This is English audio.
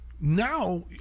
Now